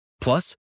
Plus